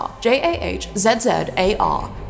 J-A-H-Z-Z-A-R